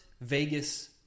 Vegas